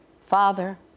Father